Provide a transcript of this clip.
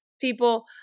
people